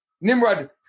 nimrod